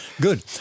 good